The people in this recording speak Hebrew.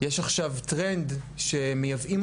יש עכשיו טרנד שמייבאים